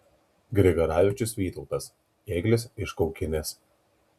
grigaravičius vytautas ėglis iš kaukinės